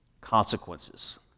consequences